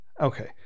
okay